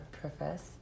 profess